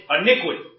iniquity